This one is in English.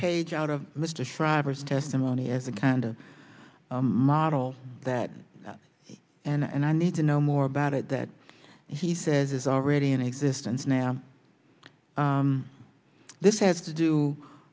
page out of mr shriver's testimony as a kind of model that and i need to know more about it that he says is already in existence now this has to